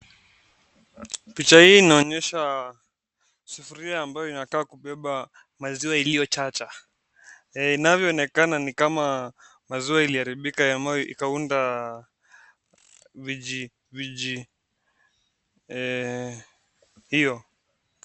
Picha hii inaonyesha sufuria ambayo inakaa kubeba maziwa iliyochacha. Inavyoonekana ni kama maziwa iliharibika ambayo ikaunda viji... hiyo.